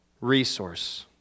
resource